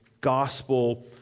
gospel